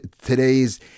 today's